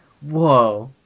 Whoa